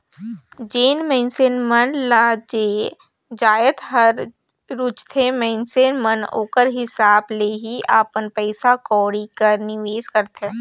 जेन मइनसे मन ल जे जाएत हर रूचथे मइनसे मन ओकर हिसाब ले ही अपन पइसा कउड़ी कर निवेस करथे